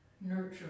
nurture